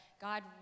God